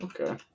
Okay